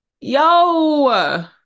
Yo